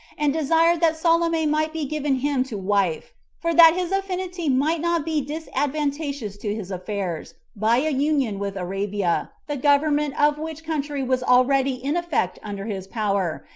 and desired that salome might be given him to wife for that his affinity might not be disadvantageous to his affairs, by a union with arabia, the government of which country was already in effect under his power,